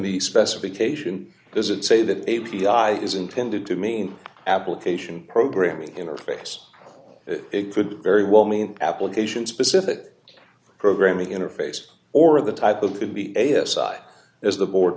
the specification is it say that a p i is intended to mean application programming interface it could very well mean application specific programming interface or the type of could be a side as the board